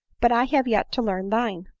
but i have yet to learn thine.